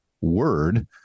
Word